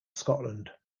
scotland